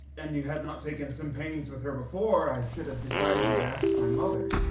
and you had not taken some pains with her before, i should have desired you to ask my mother.